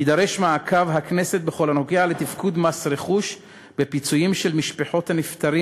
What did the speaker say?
יידרש מעקב הכנסת בכל הנוגע לתפקוד מס רכוש בפיצויים של משפחות הנפטרים